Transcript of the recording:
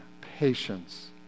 patience